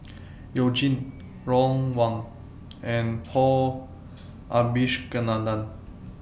YOU Jin Ron Wong and Paul Abisheganaden